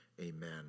Amen